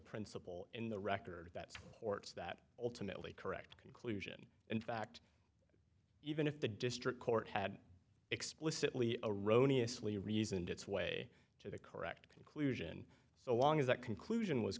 principle in the record that courts that ultimately correct conclusion in fact even if the district court had explicitly erroneous lee reasoned its way to the correct conclusion so long as that conclusion was